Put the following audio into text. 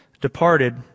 departed